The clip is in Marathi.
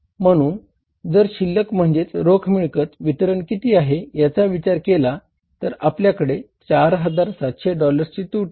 म्हणून जर शिल्लक म्हणजेच रोख मिळकत वितरण किती आहे याचा विचार केला तर आपल्याकडे 4700 डॉलर्सची तूट आहे